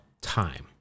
time